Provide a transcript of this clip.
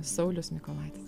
saulius mykolaitis